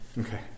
Okay